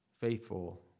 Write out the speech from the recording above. faithful